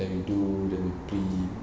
and we do that weekly